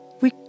We